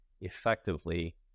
effectively